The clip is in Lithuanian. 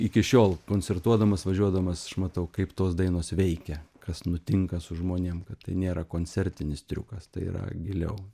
iki šiol koncertuodamas važiuodamas aš matau kaip tos dainos veikia kas nutinka su žmonėm kad tai nėra koncertinis triukas tai yra giliau